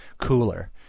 cooler